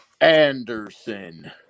Anderson